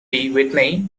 whitney